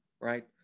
right